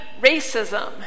racism